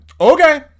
Okay